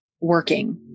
working